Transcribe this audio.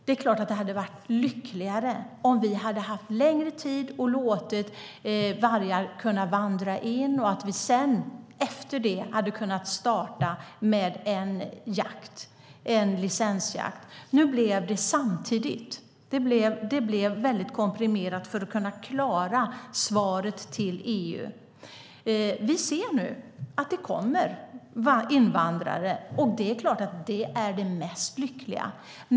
Det är klart att det hade varit lyckligare om vi hade haft längre tid och låtit vargar kunna vandra in. Efter det hade vi då kunnat starta en licensjakt. Nu blev det samtidigt. Det blev komprimerat för att kunna klara svaret till EU. Vi ser nu att det kommer invandrande vargar. Det är såklart det mest lyckliga.